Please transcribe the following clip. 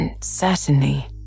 Certainly